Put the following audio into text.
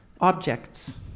objects